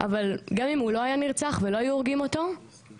אבל גם אם הוא לא היה נרצח ולא היו הורגים אותו אני